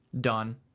done